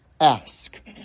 ask